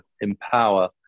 empower